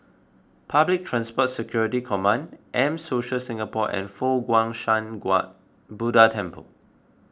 Public Transport Security Command M Social Singapore and Fo Guang Shan Buddha Temple